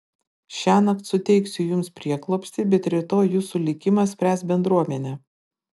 šiąnakt suteiksiu jums prieglobstį bet rytoj jūsų likimą spręs bendruomenė